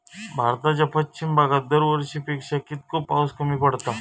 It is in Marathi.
भारताच्या पश्चिम भागात दरवर्षी पेक्षा कीतको पाऊस कमी पडता?